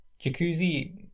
Jacuzzi